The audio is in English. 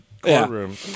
courtroom